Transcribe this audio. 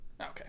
Okay